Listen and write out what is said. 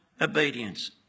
obedience